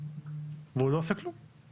והוא לא עושה כלום.